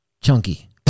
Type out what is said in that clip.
chunky